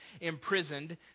imprisoned